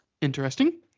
interesting